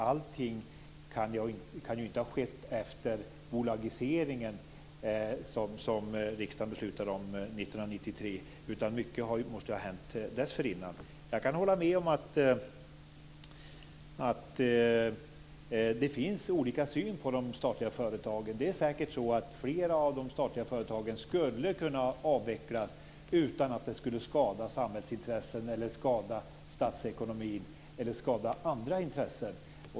Allting kan inte ha skett efter bolagiseringen som riksdagen beslutade om 1993 utan mycket måste ha hänt dessförinnan. Jag kan hålla med om att det finns olika syn på de statliga företagen. Det är säkert så att flera av de statliga företagen skulle kunna avvecklas utan att det skulle skada samhällets intressen, statsekonomin eller andra intressen.